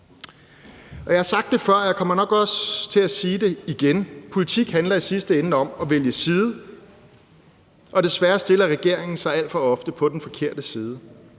Jeg har sagt det før, og jeg kommer nok også til at sige det igen: Politik handler i sidste ende om at vælge side. Desværre stiller regeringen sig alt for ofte på den forkerte side,